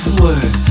word